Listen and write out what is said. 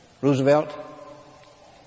Roosevelt